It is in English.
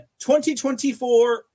2024